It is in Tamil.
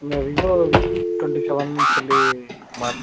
இல்லை விவோ வி டொண்ட்டி செவன்னு சொல்லி மா